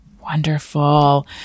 Wonderful